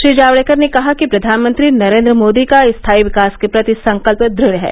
श्री जावड़ेकर ने कहा कि प्रधानमंत्री नरेन्द्र मोदी का स्थायी विकास के प्रति संकल्प दृढ़ है